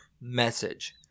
message